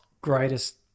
greatest